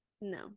No